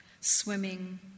swimming